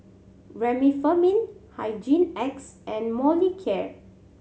Remifemin Hygin X and Molicare